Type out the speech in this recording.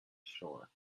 shore